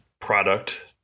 product